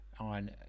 on